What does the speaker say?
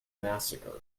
massacre